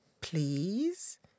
please